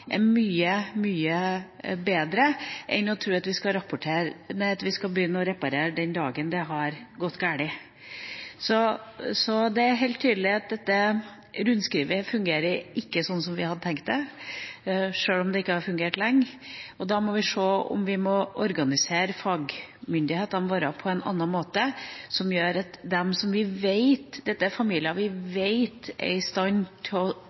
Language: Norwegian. er mye, mye bedre enn å begynne å reparere den dagen det har gått galt. Så det er helt tydelig at dette rundskrivet ikke fungerer sånn som vi hadde tenkt det, sjøl om det ikke har fungert lenge, og da må vi se om vi må organisere fagmyndighetene våre på en annen måte. Dette er familier vi vet er i stand til å gjøre seg nytte av faglig veiledning, og da er utfordringa at vi gir dem den faglige veiledninga, så de får til å